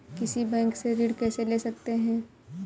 किसी बैंक से ऋण कैसे ले सकते हैं?